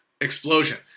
explosion